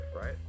right